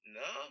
no